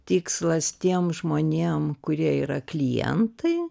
tikslas tiem žmonėm kurie yra klientai